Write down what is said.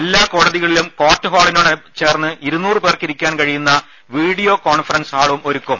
എല്ലാ കോടതികളിലും കോർട്ട് ഹാളിനോട് ചേർന്ന് ഇരുനൂറ് പേർക്ക് ഇരിക്കാൻ കഴിയുന്ന വീഡിയോ കോൺഫറൻസ് ഹാളും ഒരുക്കും